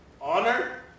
honor